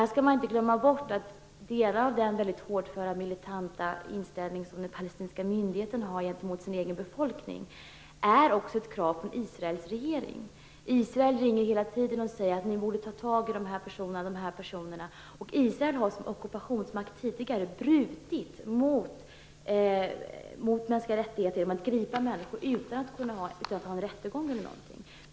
Man skall inte glömma bort att delar av den hårdföra militanta inställning som den palestinska myndigheten har gentemot sin egen befolkning också är ett krav på Israels regering. Israel ringer hela tiden och säger att man borde ta tag i olika personer. Israel har som ockupationsmakt tidigare brutit mot mänskliga rättigheter genom att gripa människor utan att hålla rättegång.